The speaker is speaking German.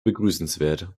begrüßenswert